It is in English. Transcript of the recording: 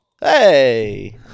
Hey